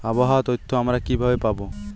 আবহাওয়ার তথ্য আমরা কিভাবে পাব?